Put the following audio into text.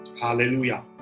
Hallelujah